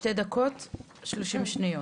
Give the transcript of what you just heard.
שתי דקות ו-30 שניות.